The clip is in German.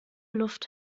luft